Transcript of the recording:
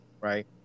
Right